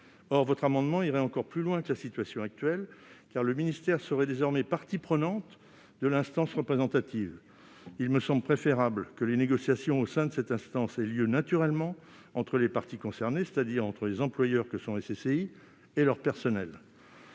Or votre amendement, ma chère collègue, tend à aller plus loin encore : le ministère serait désormais partie prenante de l'instance représentative. Il me semble préférable que les négociations au sein de cette instance aient lieu naturellement entre les parties concernées, c'est-à-dire entre les employeurs que sont les CCI et leur personnel.